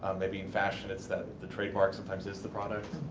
ah maybe in fashion, it's that the trademark sometimes is the product.